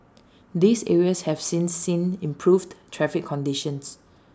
these areas have since seen improved traffic conditions